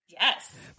Yes